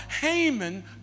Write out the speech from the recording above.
Haman